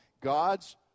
God's